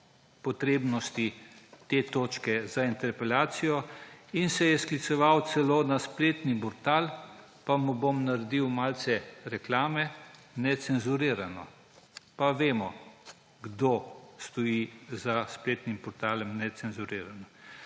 potrebnost te točke za interpelacijo in se je skliceval celo na spletni portal − pa mu bom naredil malce reklame − Necenzurirano. Pa vemo, kdo stoji za spletnim portalom Necenzurirano.